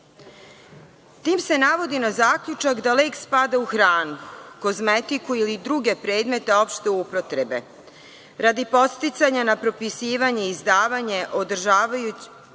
se navodi na zaključak da lek spada u hranu, kozmetiku ili druge predmete opšte upotrebe. Radi podsticanja na propisivanje i izdavanje, odnosno